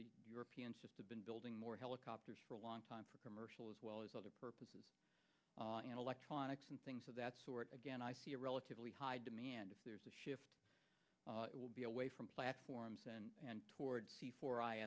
the europeans just have been building more helicopters for a long time for commercial as well as other purposes and electronics and things of that sort again i see a relatively high demand if there's a shift it will be away from platforms and and toward for i